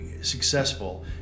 successful